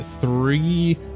three